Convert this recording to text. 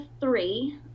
three